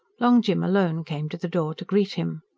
long jim alone came to the door to greet him.